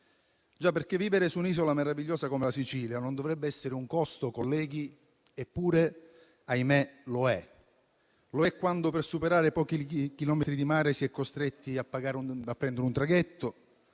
Infatti, vivere su un'isola meravigliosa come la Sicilia non dovrebbe essere un costo, colleghi, eppure, ahimè, lo è. Lo è quando, per superare pochi chilometri di mare, si è costretti a prendere un traghetto,